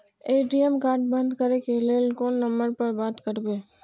ATM card बंद करे के लेल कोन नंबर पर बात करबे?